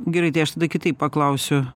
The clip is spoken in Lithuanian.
gerai tai aš tada kitaip paklausiu